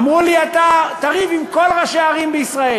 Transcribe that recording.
אמרו לי: אתה תריב עם כל ראשי הערים בישראל.